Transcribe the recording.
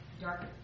dark